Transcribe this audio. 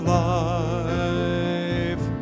life